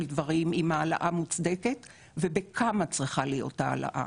דברים אם ההעלאה מוצדקת ובכמה צריכה להיות ההעלאה.